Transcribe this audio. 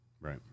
Right